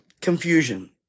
confusion